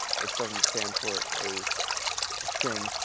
it doesn't stand for a string.